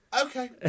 okay